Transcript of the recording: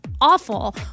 awful